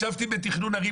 ישבתי בתכנון ערים,